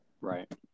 Right